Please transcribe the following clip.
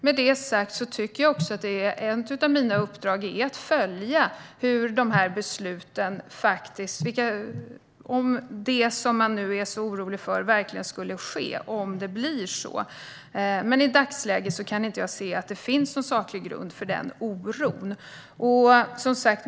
Med detta sagt är ett av mina uppdrag att följa om det som man är orolig för faktiskt sker, men i dagsläget kan jag inte se att det finns en saklig grund för denna oro.